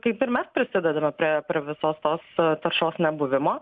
kaip ir mes prisidedame prie visos tos taršos nebuvimo